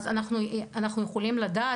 אז אנחנו יכולים לדעת,